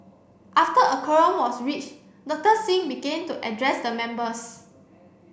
after a quorum was reached Doctor Singh begin to address the members